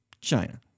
China